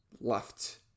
left